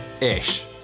Ish